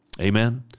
Amen